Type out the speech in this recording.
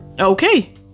Okay